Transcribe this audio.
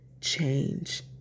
change